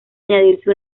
añadirse